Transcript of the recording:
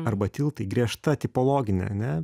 arba tiltai griežta tipologinė ar ne